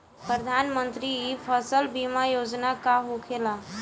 प्रधानमंत्री फसल बीमा योजना का होखेला?